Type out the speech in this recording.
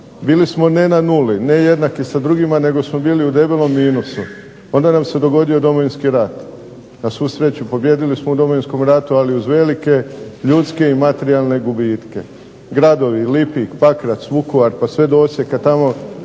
Bili smo ne na nuli, ne jednaki sa drugima nego smo bili u debelom minusu, a onda nam se dogodio Domovinski rat, na sreću pobijedili smo u Domovinskom ratu ali uz velike ljudske i materijalne gubitke, Pakrac, Vukovar pa sve do Osijeka tamo